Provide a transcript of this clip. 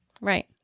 Right